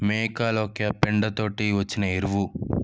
మేకలకే ఆ పెండతో వచ్చిన ఎరువు